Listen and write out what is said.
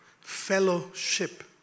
Fellowship